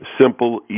Simple